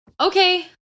Okay